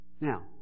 Now